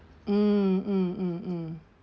mm mm mm mm